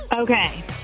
Okay